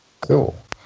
Cool